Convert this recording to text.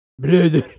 Brother